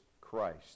Christ